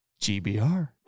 GBR